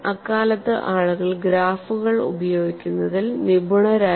അക്കാലത്ത് ആളുകൾ ഗ്രാഫുകൾ ഉപയോഗിക്കുന്നതിൽ നിപുണരായിരുന്നു